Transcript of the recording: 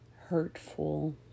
hurtful